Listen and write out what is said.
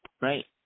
right